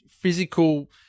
physical